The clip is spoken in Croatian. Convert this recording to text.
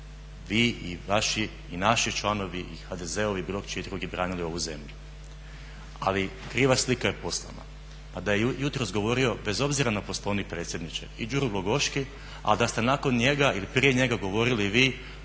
vaši i naši članovi i HDZ-ovi i bilo čiji drugi branili ovu zemlju, ali kriva slika je poslana. Da je jutros govorio bez obzira na Poslovnik predsjedniče i Đuro Glogoški, a da ste nakon njega ili prije njega govorili vi